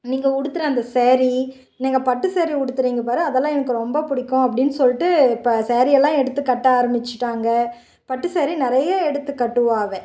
நீங்கள் உடுத்துகிற அந்த ஸாரி நீங்கள் பட்டு ஸாரி உடுத்துகிறீங்க பார் அதெல்லாம் எனக்கு ரொம்ப பிடிக்கும் அப்படின்னு சொல்லிட்டு இப்போ ஸாரி எல்லாம் எடுத்து கட்ட ஆரம்மிச்சிட்டாங்க பட்டு ஸாரி நிறைய எடுத்து கட்டுவாள் அவள்